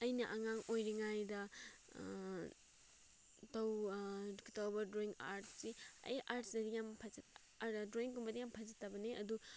ꯑꯩꯅ ꯑꯉꯥꯡ ꯑꯣꯏꯔꯤꯉꯩꯗ ꯇꯧꯕ ꯗ꯭ꯔꯣꯋꯤꯡ ꯑꯥꯔꯁꯁꯤ ꯑꯩ ꯑꯥꯔꯁꯇꯗꯤ ꯌꯥꯝ ꯗ꯭ꯔꯣꯋꯤꯡꯒꯨꯝꯕꯗꯤ ꯌꯥꯝ ꯐꯖꯗꯕꯅꯤ ꯑꯗꯨ